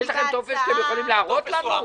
יש לכם טופס שאתם יכולים להראות לנו?